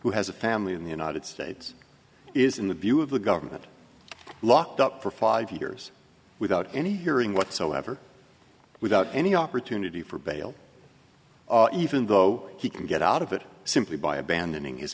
who has a family in the united states is in the view of the government locked up for five years without any hearing whatsoever without any opportunity for bail even though he can get out of it simply by abandoning his